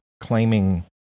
claiming